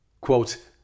Quote